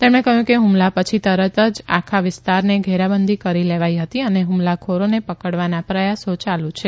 તેમણે કહ્યું કે હુમલા છી તરત જ આખા વિસ્તારને ઘેરાબંધી કરી લેવાઇ હતી અને હુમલાખોરીને કડવાના પ્રયાસ ચાલુ છે